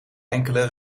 enkele